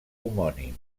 homònim